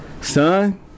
son